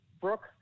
Brooke